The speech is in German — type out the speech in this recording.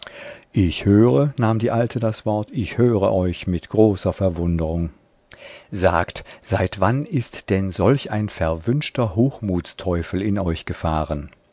ich höre nahm die alte das wort ich höre euch zu mit großer verwunderung sagt seit wann ist denn solch ein verwünschter hochmutsteufel in euch gefahren